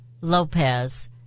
Lopez